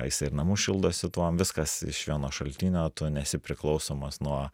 jis ir namus šildosi tuom viskas iš vieno šaltinio tu nesi priklausomas nuo